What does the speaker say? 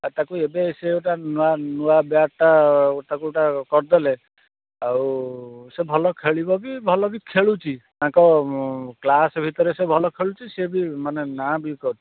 ତାକୁ ଏବେ ସେଇଟା ନୂଆ ନୂଆ ବ୍ୟାଟ୍ଟା ତାକୁ ଗୋଟା କରିଦେଲେ ଆଉ ସେ ଭଲ ଖେଳିବ ବି ଆଉ ଭଲ ବି ଖେଳୁଛି ତାଙ୍କ କ୍ଲାସ୍ ଭିତରେ ସେ ଭଲ ଖେଳୁଛି ସେ ବି ମାନେ ନାଁ ବି କରି